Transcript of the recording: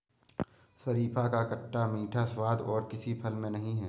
शरीफा का खट्टा मीठा स्वाद और किसी फल में नही है